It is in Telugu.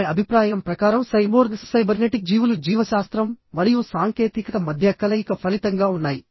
ఆమె అభిప్రాయం ప్రకారం సైబోర్గ్స్ సైబర్నెటిక్ జీవులు జీవశాస్త్రం మరియు సాంకేతికత మధ్య కలయిక ఫలితంగా ఉన్నాయి